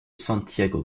santiago